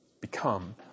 become